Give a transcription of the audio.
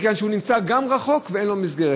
מפני שהם גם נמצאים רחוק וגם אין מסגרת.